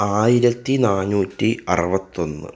ആയിരത്തി നാനൂറ്റി അറുപത്തൊന്ന്